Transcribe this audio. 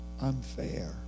unfair